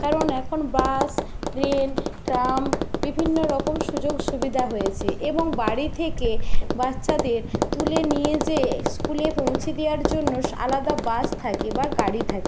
কারণ এখন bus train tram বিভিন্ন রকম সুযোগ সুবিধা হয়েছে এবং বাড়ি থেকে বাচ্চাদের তুলে নিয়ে যেয়ে স্কুলে পৌঁছে দেওয়ার জন্য আলাদা বাস থাকে বা গাড়ি থাকে